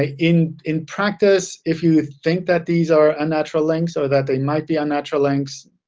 ah in in practice, if you think that these are unnatural links or that they might be unnatural links,